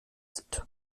sind